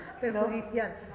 Perjudicial